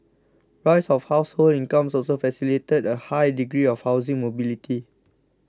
rise of household incomes also facilitated a high degree of housing mobility